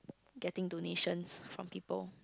getting donations from people